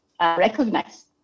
recognize